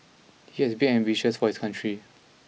he has big ambitions for his country